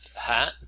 hat